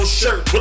shirt